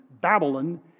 Babylon